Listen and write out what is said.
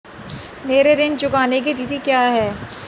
मेरे ऋण चुकाने की तिथि क्या है?